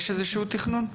יש איזשהו תכנון?